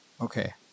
okay